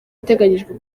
iteganyijwe